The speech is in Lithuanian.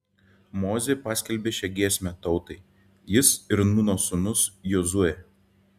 mozė paskelbė šią giesmę tautai jis ir nūno sūnus jozuė